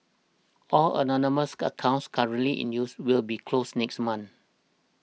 all anonymous accounts currently in use will be closed next month